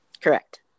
Correct